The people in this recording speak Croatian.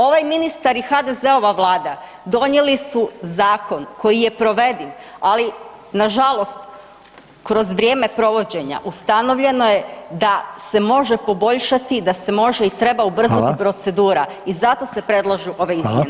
Ovaj ministar i HDZ-ova vlada donijeli su zakon koji je provediv, ali nažalost kroz vrijeme provođenja ustanovljeno je da se može poboljšati da se može i treba ubrzati procedura [[Upadica Reiner: Hvala.]] i zato se predlažu ove izmjene.